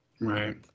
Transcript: Right